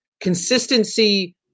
consistency